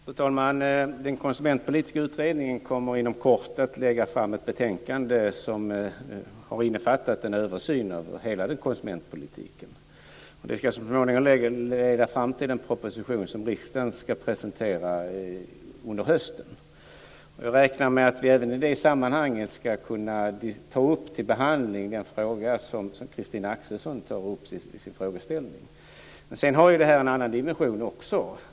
Fru talman! Den konsumentpolitiska utredningen kommer inom kort att lägga fram ett betänkande som har innefattat en översyn av hela konsumentpolitiken. Den ska så småningom leda fram till en proposition som regeringen ska presentera under hösten. Jag räknar med att vi i det sammanhanget även ska kunna ta upp till behandling den fråga som Christina Axelsson tar upp. Det har också en annan dimension.